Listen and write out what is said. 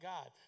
God